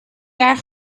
jaar